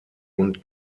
und